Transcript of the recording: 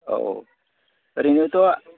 औ औ ओरैनोथ'